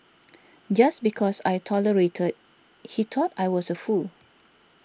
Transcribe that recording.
just because I tolerated he thought I was a fool